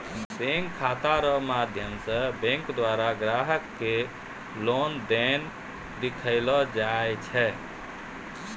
bank खाता रो माध्यम से बैंक द्वारा ग्राहक के लेन देन देखैलो जाय छै